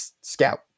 scout